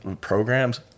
programs